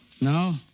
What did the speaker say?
No